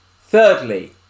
Thirdly